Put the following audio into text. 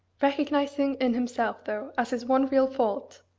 recognising in himself, though as his one real fault,